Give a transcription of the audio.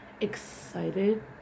excited